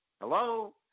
Hello